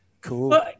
Cool